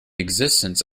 existence